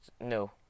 no